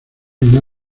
una